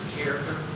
character